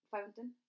fountain